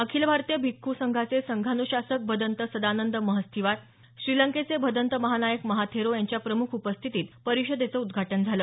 अखिल भारतीय भिक्खू संघाचे संघान्शासक भदन्त सदानंद महास्थवीर श्रीलंकेचे भदन्त महानायक महाथेरो यांच्या प्रमुख उपस्थितीत परिषदेचं उद्घाटन झालं